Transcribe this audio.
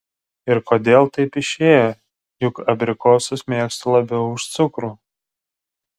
ir kodėl taip išėjo juk abrikosus mėgstu labiau už cukrų